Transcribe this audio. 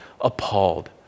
appalled